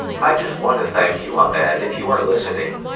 i just wanna thank you, ahmed. if you are listening,